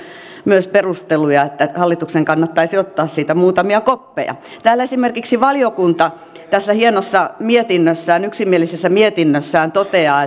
siihen perusteluja hallituksen kannattaisi ottaa siitä muutamia koppeja valiokunta tässä hienossa yksimielisessä mietinnössään toteaa